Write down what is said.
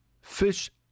fish